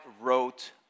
wrote